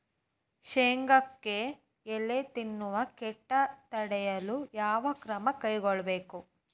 ಶೇಂಗಾಕ್ಕೆ ಎಲೆ ತಿನ್ನುವ ಕೇಟ ತಡೆಯಲು ಯಾವ ಕ್ರಮ ಕೈಗೊಳ್ಳಬೇಕು?